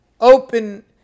open